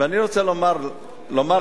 ואני רוצה לומר לכם,